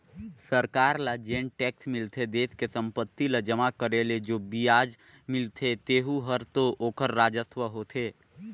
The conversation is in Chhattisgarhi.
सरकार ल जेन टेक्स मिलथे देस के संपत्ति ल जमा करे ले जो बियाज मिलथें तेहू हर तो ओखर राजस्व होथे